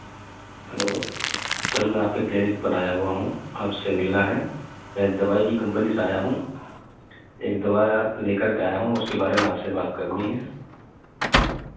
hello sir میں آپ کے کلینک پر آیا ہوا ہوں آپ سے ملنا ہے میں دوائی کی کمپنی سے آیا ہوں ایک دواٮٔی لے کر کے آیا ہوں اس کے بارے میں آپ سے بات کرنی ہے